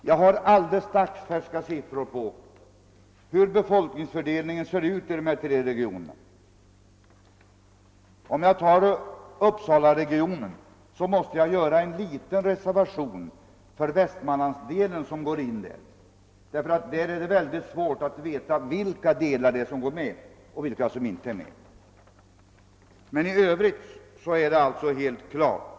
Jag har alldeles dagsfärska siffror på hur befolkningsfördelningen ser ut i dessa tre regioner. När det gäller Uppsalaregionen måste jag göra en liten reservation för Västmanlandsdelen, eftersom det är mycket svårt att veta vilka områden som är med och vilka som inte är med. I övrigt är uppgifterna alltså helt klara.